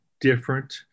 different